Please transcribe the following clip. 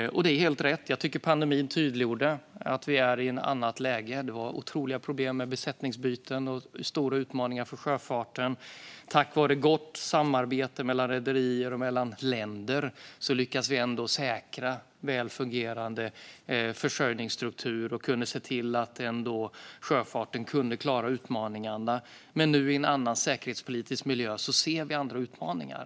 Det är helt rätt - jag tycker att pandemin tydliggjorde att vi är i ett annat läge. Det var otroliga problem med besättningsbyten och stora utmaningar för sjöfarten. Tack vare gott samarbete mellan rederier och mellan länder lyckades vi ändå säkra en väl fungerande försörjningsstruktur och se till att sjöfarten kunde klara utmaningarna. Nu, i en annan säkerhetspolitisk miljö, ser vi dock andra utmaningar.